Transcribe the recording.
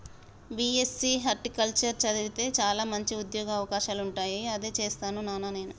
BSc horticulture చదివితే చాల మంచి ఉంద్యోగ అవకాశాలుంటాయి అదే చేస్తాను నానా నేను